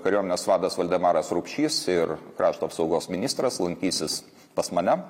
kariuomenės vadas valdemaras rupšys ir krašto apsaugos ministras lankysis pas mane